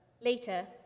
Later